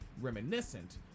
reminiscent